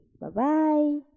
Bye-bye